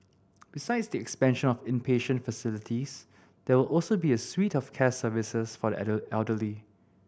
besides the expansion of inpatient facilities there will also be a suite of care services for the elderly